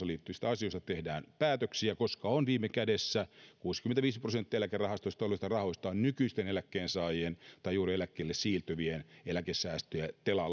liittyvistä asioista tehdään päätöksiä koska viime kädessä kuusikymmentäviisi prosenttia eläkerahastoista tulleista rahoista on nykyisten eläkkeensaajien tai juuri eläkkeelle siirtyvien eläkesäästöjä telan